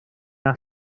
mynd